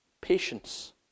Patience